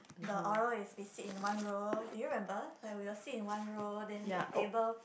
the oral is we sit in one row did you remember like we will sit in one row then the table